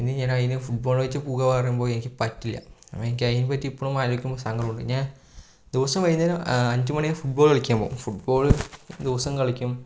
ഇനി ഞാനതിനു ഫുട്ബോളു വെച്ച് പോവാന്ന് പറയുമ്പോൾ എനിക്ക് പറ്റില്ല എനിക്ക് അതിനെപ്പറ്റി ഇപ്പോഴും ആലോചിക്കുമ്പോൾ സങ്കടമുണ്ട് ഞാൻ ദിവസവും വൈകുന്നേരം അഞ്ച് മണിയാവുമ്പോൾ ഫുട്ബോളു കളിക്കാൻ പോവും ഫുട്ബോളു ദിവസം കളിക്കും